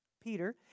Peter